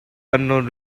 unknown